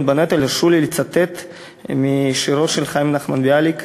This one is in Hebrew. בנטל הרשו לי לצטט משירו של חיים נחמן ביאליק,